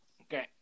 Okay